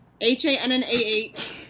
H-A-N-N-A-H